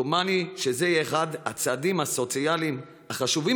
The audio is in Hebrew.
דומני שזה יהיה אחד הצעדים הסוציאליים החשובים